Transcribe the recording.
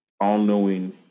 all-knowing